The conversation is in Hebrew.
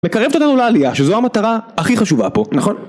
מקרבת אותנו לעלייה, שזו המטרה הכי חשובה פה, נכון?